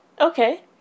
Okay